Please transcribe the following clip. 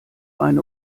eine